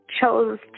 chose